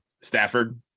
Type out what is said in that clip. Stafford